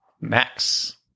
Max